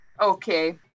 Okay